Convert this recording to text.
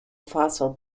fossil